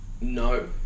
No